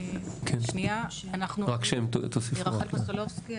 רחל פוסטולובסקי,